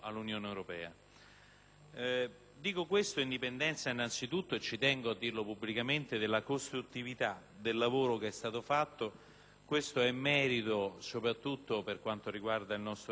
Dico questo in dipendenza innanzitutto - ci tengo a dirlo pubblicamente - della costruttività del lavoro fatto. Questo è merito soprattutto, per quanto riguarda questo ramo del Parlamento,